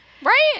Right